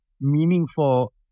meaningful